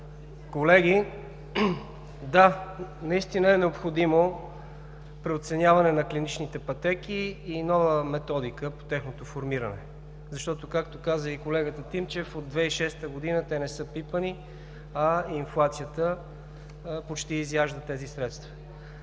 колеги! Да, наистина е необходимо преоценяване на клиничните пътеки и нова методика по тяхното формиране, защото както каза и колегата Тимчев, от 2006 г. те не са пипани, а инфлацията почти изяжда тези средства.